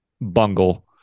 bungle